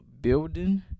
Building